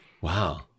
wow